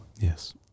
Yes